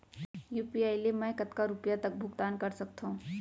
UPI ले मैं कतका रुपिया तक भुगतान कर सकथों